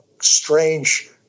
strange